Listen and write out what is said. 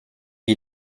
you